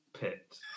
pit